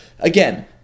Again